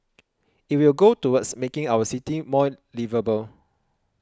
it will go towards making our city more liveable